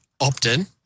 opt-in